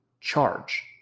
charge